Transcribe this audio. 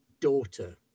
Daughter